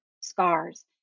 scars